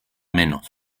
menos